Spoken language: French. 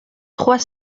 trois